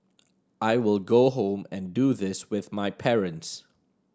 I will go home and do this with my parents